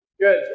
Good